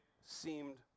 seemed